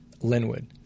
Linwood